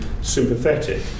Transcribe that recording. sympathetic